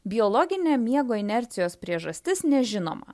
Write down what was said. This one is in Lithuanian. biologinio miego inercijos priežastis nežinoma